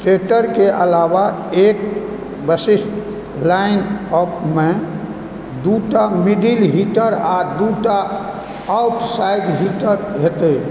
सेटरके अलावा एक विशिष्ट लाइनअपमे दूटा मिडिल हीटर आ दूटा आउटसाइड हीटर हेतय